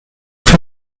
für